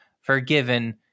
forgiven